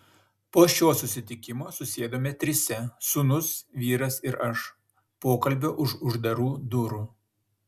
po šio susitikimo susėdome trise sūnus vyras ir aš pokalbio už uždarų durų